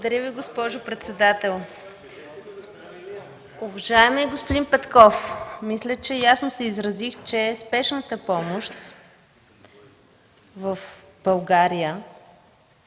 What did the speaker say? Благодаря Ви, госпожо председател. Уважаеми господин Петков, мисля, че ясно се изразих, че за Спешната помощ в България,